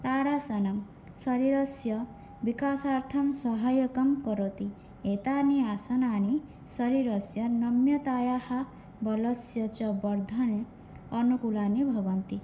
ताडासनं शरीरस्य विकासार्थं साहाय्यं करोति एतानि आसनानि शरीरस्य नम्रतायाः बलस्य च वर्धने अनुकूलानि भवन्ति